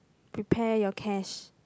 prepare your cash